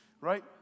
right